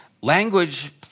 Language